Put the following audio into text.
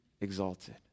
exalted